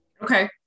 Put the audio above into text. Okay